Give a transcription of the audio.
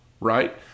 right